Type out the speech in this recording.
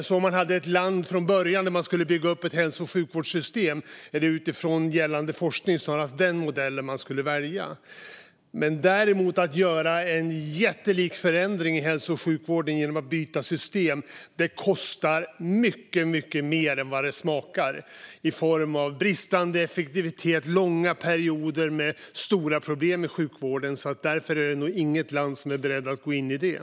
Så om man hade ett land från början där man skulle bygga upp ett hälso och sjukvårdssystem är det utifrån gällande forskning snarast denna modell som man skulle välja. Men att däremot göra en jättelik förändring i hälso och sjukvården genom att byta system kostar mycket mer än det smakar i form av bristande effektivitet och långa perioder med stora problem i sjukvården. Därför är det nog inget land som är berett att gå in i det.